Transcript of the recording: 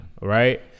right